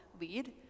lead